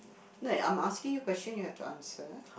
like I'm asking you question you have to answer